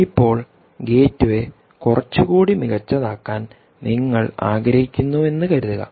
ഇപ്പോൾ ഗേറ്റ്വേ കുറച്ചുകൂടി മികച്ചതാക്കാൻ നിങ്ങൾ ആഗ്രഹിക്കുന്നുവെന്ന് കരുതുക